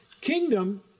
Kingdom